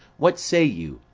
what say you?